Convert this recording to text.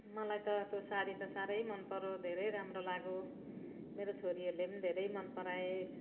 मलाई त त्यो साडी त साह्रै मनपर्यो धेरै राम्रो लाग्यो मेरो छोरीहरूले पनि धेरै मनपराए